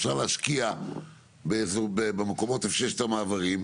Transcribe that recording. אפשר להשקיע במקומות איפה שיש מעברים,